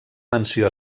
menció